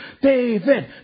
David